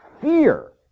fear